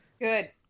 Good